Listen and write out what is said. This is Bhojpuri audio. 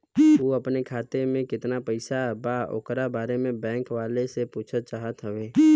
उ अपने खाते में कितना पैसा बा ओकरा बारे में बैंक वालें से पुछल चाहत हवे?